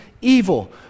evil